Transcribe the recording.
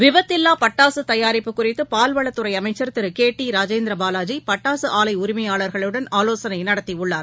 விபத்தில்லா பட்டாசு தயாரிப்பு குறித்து பால்வளத் துறை அமைச்சர் திரு கே டி ராஜேந்திர பாலாஜி பட்டாசு ஆலை உரிமையாளர்களுடன் ஆலோசனை நடத்தியுள்ளார்